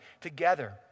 together